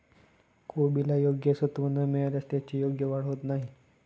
कोबीला योग्य सत्व न मिळाल्यास त्याची योग्य वाढ होत नाही